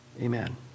Amen